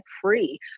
free